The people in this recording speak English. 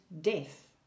death